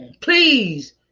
Please